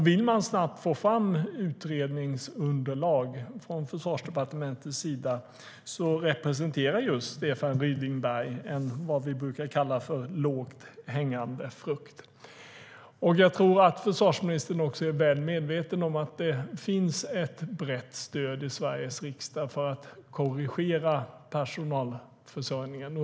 Vill man snabbt få fram utredningsunderlag från Försvarsdepartementet utgör Stefan Ryding-Berg vad vi brukar kalla lågt hängande frukt. Jag tror att försvarsministern är väl medveten om att det finns ett brett stöd i Sveriges riksdag för att korrigera personalförsörjningen.